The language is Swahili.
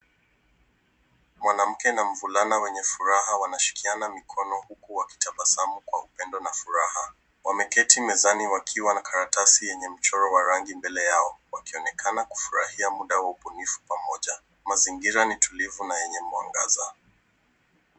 Mwanamke na mvulana wenye furaha wanashikiana mikono huku wakitabasamu kwa upendo na furaha. Wameketi mezani wakiwa na karatasi yenye mchoro wa rangi mbele yao, wakionekana kufurahia muda wa ubunifu pamoja. Mazingira ni tulivu na yenye mwangaza.